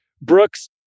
Brooks